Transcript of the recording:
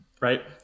right